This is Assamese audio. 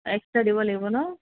এক্সট্ৰা দিব লাগিব ন